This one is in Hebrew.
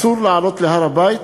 אסור לעלות להר-הבית,